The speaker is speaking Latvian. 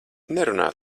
nerunā